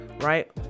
right